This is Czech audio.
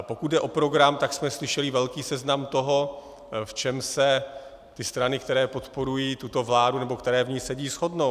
Pokud jde o program, tak jsme slyšeli velký seznam toho, v čem se ty strany, které podporují tuto vládu nebo které v ní sedí, shodnou.